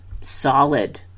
solid